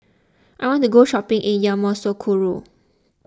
I want to go shopping in Yamoussoukro